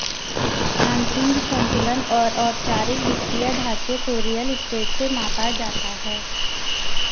आंशिक संतुलन और औपचारिक वित्तीय ढांचे को रियल स्टेट से मापा जाता है